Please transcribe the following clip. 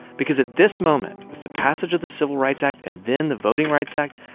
because at this moment, with the passage of the civil rights act and then the voting rights act,